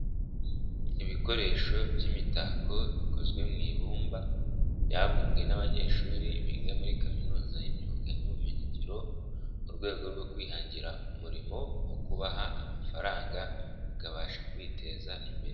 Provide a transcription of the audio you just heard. Ibikoresho by'imitako bikozwe mu ibumba, byabumbwe n'abanyeshuri biga muri Kaminuza y'imyuga n'ubumenyingiro, mu rwego rwo kwihangira umurimo wo kubaha amafaranga akabasha kwiteza imbere.